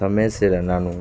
ਸਮੇਂ ਸਿਰ ਇਹਨਾਂ ਨੂੰ